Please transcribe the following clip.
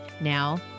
Now